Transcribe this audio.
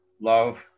love